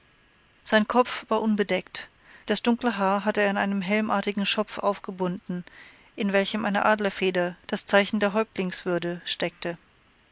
sein kopf war unbedeckt das dunkle haar hatte er in einen helmartigen schopf aufgebunden in welchem eine adlerfeder das zeichen der häuptlingswürde steckte